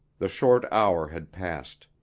the short hour had passed.